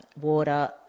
water